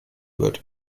wird